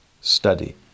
study